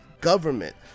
government